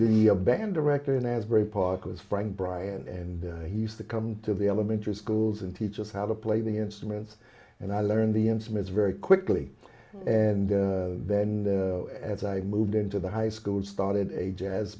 the band director in asbury park was frank bryan and he used to come to the elementary schools and teach us how to play the instruments and i learned the instruments very quickly and then as i moved into the high school started a jazz